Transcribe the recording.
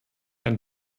ein